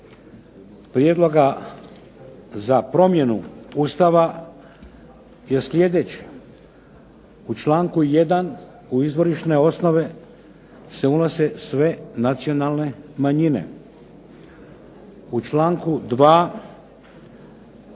prijedloga za promjenu Ustava je slijedeći: u članku 1. u Izvorišne osnove se unose sve nacionalne manjine. U članku 2.